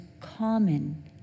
common